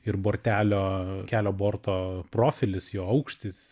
ir bortelio kelio borto profilis jo aukštis